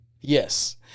yes